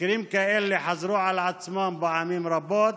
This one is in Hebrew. מקרים כאלה חזרו על עצמם פעמים רבות,